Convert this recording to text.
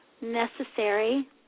necessary